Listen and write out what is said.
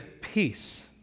peace